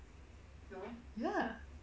ya